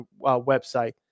website